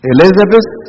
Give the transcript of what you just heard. Elizabeth